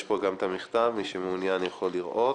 יש פה את המכתב, מי שמעוניין יכול לראות.